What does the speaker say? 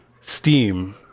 Steam